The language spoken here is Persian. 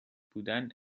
بودن